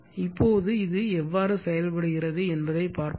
இப்போது இது எவ்வாறு செயல்படுகிறது என்பதைப் பார்ப்போம்